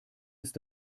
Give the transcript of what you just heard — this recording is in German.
ist